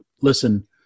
listen